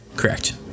Correct